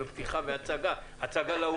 ועל הזימון.